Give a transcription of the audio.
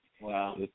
wow